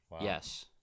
Yes